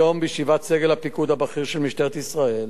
היום בישיבת סגל הפיקוד הבכיר של משטרת ישראל